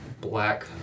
black